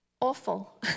awful